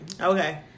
Okay